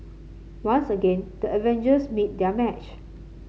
once again the Avengers meet their match